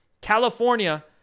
California